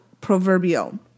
proverbial